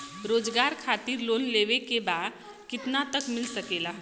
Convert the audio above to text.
रोजगार खातिर लोन लेवेके बा कितना तक मिल सकेला?